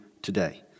today